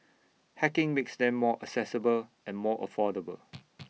hacking makes them more accessible and more affordable